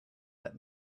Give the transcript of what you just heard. let